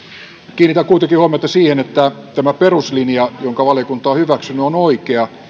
kiinnitän kuitenkin huomiota siihen että tämä peruslinja jonka valiokunta on hyväksynyt on oikea